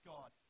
God